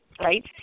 right